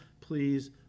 please